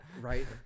right